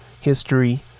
history